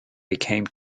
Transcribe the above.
became